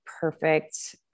perfect